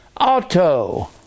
Auto